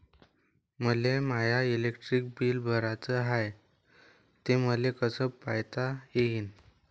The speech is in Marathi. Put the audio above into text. मले माय इलेक्ट्रिक बिल भराचं हाय, ते मले कस पायता येईन?